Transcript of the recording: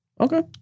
Okay